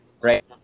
right